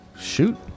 Shoot